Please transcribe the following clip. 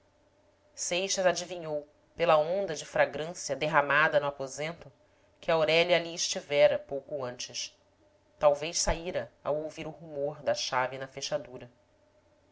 seixas adivinhou pela onda de fragrância derramada no aposento que aurélia ali estivera pouco antes talvez saíra ao ouvir o rumor da chave na fechadura